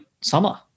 summer